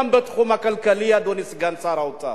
גם בתחום הכלכלי, אדוני סגן שר האוצר.